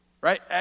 Right